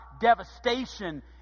devastation